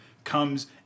comes